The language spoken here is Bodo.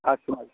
आसु माइ